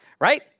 right